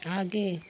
आगे